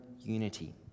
unity